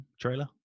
trailer